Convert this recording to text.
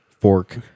Fork